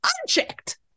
unchecked